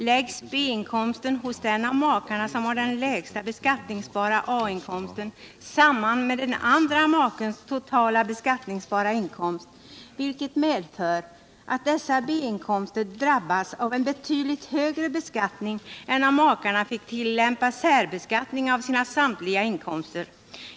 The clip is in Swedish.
läggs B-inkomsten hos den av makarna som har den lägsta beskattningsbara A-inkomsten samman med den andra makens totala beskattningsbara inkomst, vilket medför att dessa B-inkomster drabbas av en betydligt högre beskattning än om makarna fick tillämpa särbeskattning av samtliga sina inkomster.